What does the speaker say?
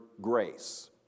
grace